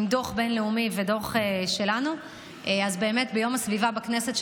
עם דוח בין-לאומי ודוח שלנו ביום הסביבה בכנסת,